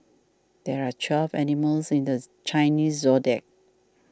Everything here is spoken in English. there are twelve animals in the Chinese zodiac